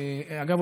אגב,